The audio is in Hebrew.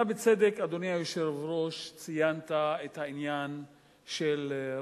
אתה, בצדק, אדוני היושב-ראש, ציינת את עניין הרעב.